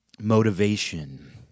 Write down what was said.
motivation